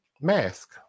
mask